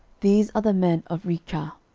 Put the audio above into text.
these are the men of rechah.